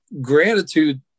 Gratitude